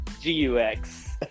G-U-X